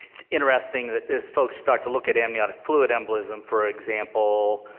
it's interesting that as folks start to look at amniotic fluid embolism, for example,